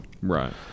right